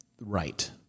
right